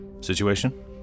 Situation